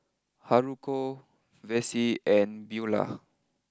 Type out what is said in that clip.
Haruko Vessie and Beulah